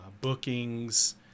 bookings